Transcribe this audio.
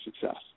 success